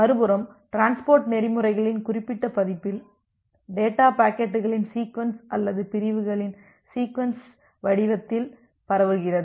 மறுபுறம் டிரான்ஸ்போர்ட் நெறிமுறைகளின் குறிப்பிட்ட பதிப்பில் டேட்டா பாக்கெட்டுகளின் சீக்வென்ஸ் அல்லது பிரிவுகளின் சீக்வென்ஸ் வடிவத்தில் பரவுகிறது